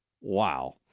Wow